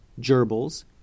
gerbils